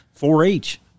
4-H